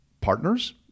partners